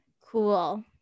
Cool